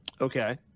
Okay